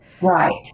Right